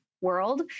world